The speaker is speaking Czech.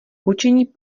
hučení